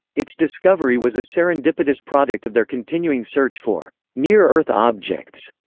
its discovery was a serendipitous product of their continuing search for near-earth objects,